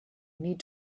need